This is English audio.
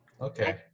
Okay